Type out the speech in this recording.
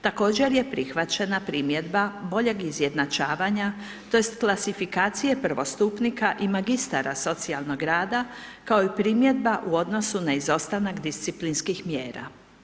Također je prihvaćena primjedba boljeg izjednačavanja, tj. klasifikacije prvostupnika i magistara socijalnog rada, kao i primjedba u odnosu na izostanak disciplinskih mjera.